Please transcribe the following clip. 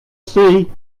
see